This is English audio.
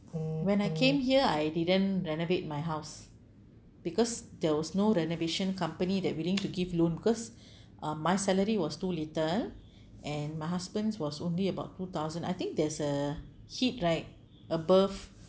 when I came here I didn't renovate my house because there was no renovation company that willing to give loan because uh my salary was too little and my husband was only about two thousand I think there's a hit right above